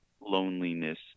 loneliness